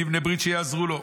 ברית שיעזרו לו.